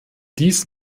dies